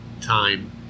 time